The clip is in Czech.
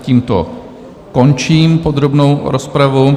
Tímto končím podrobnou rozpravu.